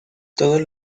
todos